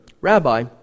Rabbi